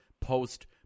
post